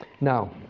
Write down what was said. Now